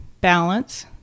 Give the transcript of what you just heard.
balance